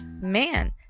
man